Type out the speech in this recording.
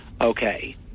okay